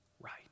right